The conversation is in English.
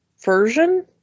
version